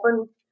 open